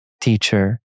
teacher